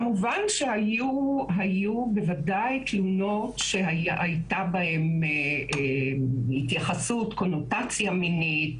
כמובן שהיו בוודאי תלונות שהייתה בהן התייחסות או קונוטציה מינית.